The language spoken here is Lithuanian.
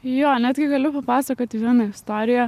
jo netgi galiu papasakoti vieną istoriją